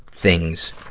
things,